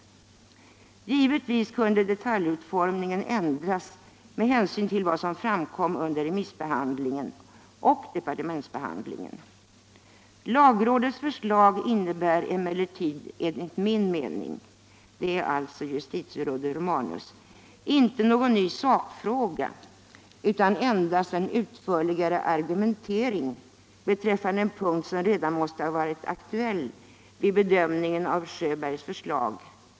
Givetvis kunde detaljutformningen ändras med hänsyn till vad som framkom under remissbehandlingen och departementsbehandlingen. Lagrådets förslag innebär emellertid enligt min mening inte någon ny sakfråga utan endast en utförligare argumentering beträffande en punkt som redan måste ha varit aktuell vid bedömningen av Sjöbergs förslag .